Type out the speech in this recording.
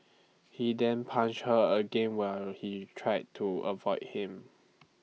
he then punched her again while she tried to avoid him